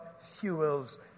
fuels